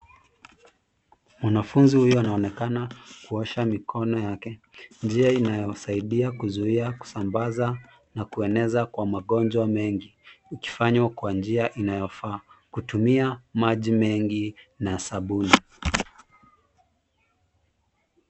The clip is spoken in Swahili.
Mwanafunzi huyu anaonekana kuosha mikono yake. Njia inayosaidia kuzuia kusambaza na kueneza kwa magonjwa mengi, ikifanywa kwa njia inayofaa, kutumia maji mengi na sabuni.